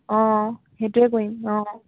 অঁ সেইটোৱে কৰিম অঁ